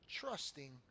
trusting